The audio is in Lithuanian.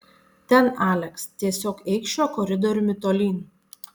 ten aleks tiesiog eik šiuo koridoriumi tolyn